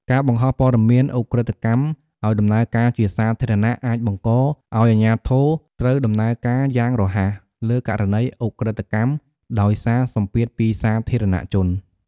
ការបង្ហោះព័ត៌មានឧក្រិដ្ឋកម្មឲ្យ ដំណើរការជាសាធារណៈអាចបង្កឱ្យអាជ្ញាធរត្រូវដំណើរការយ៉ាងរហ័ស លើករណីឧក្រិដ្ឋកម្ម ដោយសារសម្ពាធពីសាធារណជន។